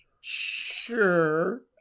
sure